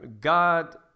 God